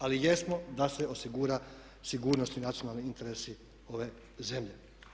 Ali jesmo da se osigura sigurnost i nacionalni interesi ove zemlje.